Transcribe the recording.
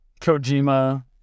Kojima